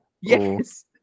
Yes